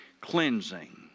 cleansing